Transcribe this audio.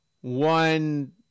one